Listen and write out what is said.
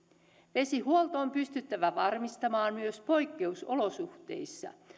vesihuolto on pystyttävä varmistamaan myös poikkeusolosuhteissa